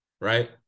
right